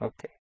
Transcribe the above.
Okay